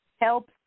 helps